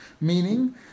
meaning